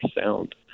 sound